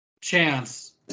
Chance